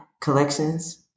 Collections